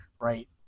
right